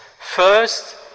First